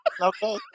Okay